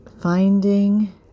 Finding